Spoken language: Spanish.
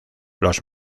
los